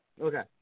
Okay